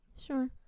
Sure